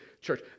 church